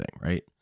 right